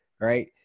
right